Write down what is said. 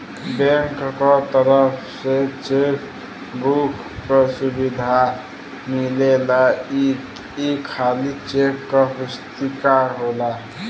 bank क तरफ से चेक बुक क सुविधा मिलेला ई खाली चेक क पुस्तिका होला